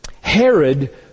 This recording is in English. Herod